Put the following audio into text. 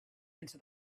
into